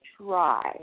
try